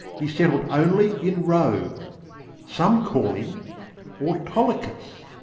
he settled only in rogue some call him autolycus.